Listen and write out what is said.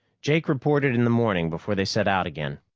jake reported in the morning before they set out again.